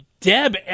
Deb